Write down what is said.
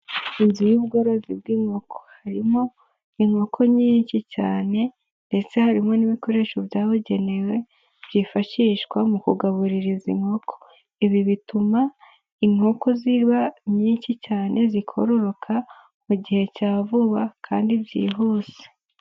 Inzu y'ubworozi bw'inkoko, harimo inkoko nyinshi cyane ndetse harimo n'ibikoresho byabugenewe byifashishwa mu kugaburira izi nkoko, ibi bituma inkoko ziba nyinshi cyane zikororoka mu gihe cya vuba kandi byihuse.